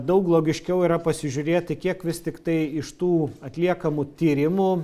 daug logiškiau yra pasižiūrėti kiek vis tiktai iš tų atliekamų tyrimų